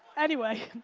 anyway.